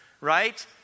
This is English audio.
right